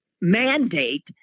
mandate